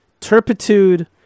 Turpitude